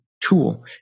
tool